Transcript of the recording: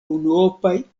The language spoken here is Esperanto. unuopaj